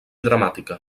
dramàtica